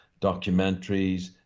documentaries